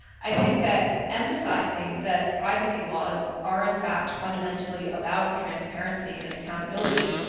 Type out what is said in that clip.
i think that emphasizing that privacy laws are, in fact, fundamentally about transparency and accountability,